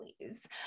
please